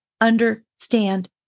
understand